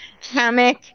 hammock